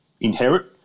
inherit